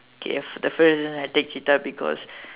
okay def~ definitely I take cheetah because